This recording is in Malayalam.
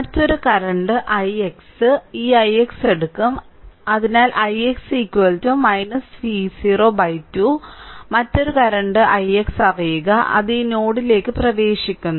മറ്റൊരു കറന്റ് ix ഈ ix എടുക്കും അതിനാൽ ix V0 2 മറ്റൊരു കറന്റ് ix അറിയുക അത് ഈ നോഡിലേക്ക് പ്രവേശിക്കുന്നു